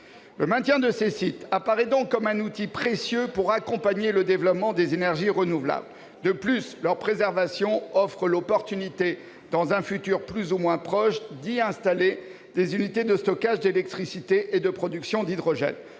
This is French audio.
Le maintien de ces sites apparaît donc comme un outil précieux pour accompagner le développement des énergies renouvelables. De plus, leur préservation offre l'opportunité, dans un futur plus ou moins proche, d'y installer des unités de stockage d'électricité et de production d'hydrogène.